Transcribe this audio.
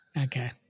Okay